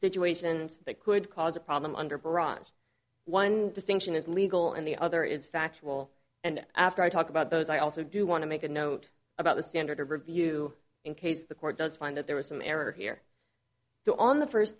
situations that could cause a problem under barrage one distinction is legal and the other is factual and after i talk about those i also do want to make a note about the standard of review in case the court does find that there was some error here so on the first